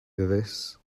this